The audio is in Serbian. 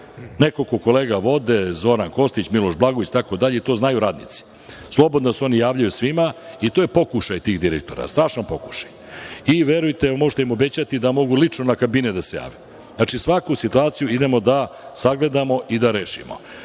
Nekoliko kolega vode, Zoran Kostić, Miloš Blagojević i tako dalje i to znaju radnici. Slobodno se oni javljaju svima i to je pokušaj tih direktora, strašan pokušaj. Verujte, možete im obećati da mogu lično u kabinet da se jave. Znači, svaku situaciju idemo da sagledamo i da rešimo.